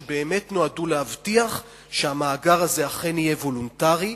שבאמת נועדו להבטיח שהמאגר הזה אכן יהיה וולונטרי,